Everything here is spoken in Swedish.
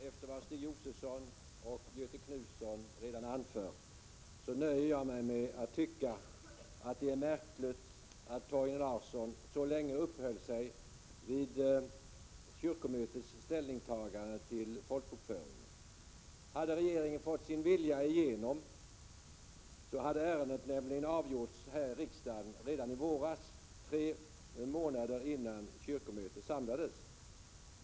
Fru talman! Efter vad Stig Josefson och Göthe Knutson redan anfört nöjer jag mig med att säga att det är märkligt att Torgny Larsson så länge uppehöll sig vid kyrkomötets ställningstagande till folkbokföringen. Hade regeringen fått sin vilja igenom hade ärendet nämligen avgjorts här i riksdagen redan i våras, tre månader innan kyrkomötet samlades.